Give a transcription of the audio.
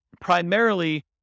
primarily